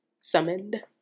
Summoned